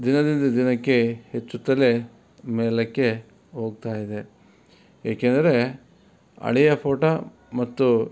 ದಿನದಿಂದ ದಿನಕ್ಕೆ ಹೆಚ್ಚುತ್ತಲೇ ಮೇಲಕ್ಕೆ ಹೋಗ್ತಾ ಇದೆ ಏಕೆಂದರೆ ಹಳೆಯ ಫೋಟೋ ಮತ್ತು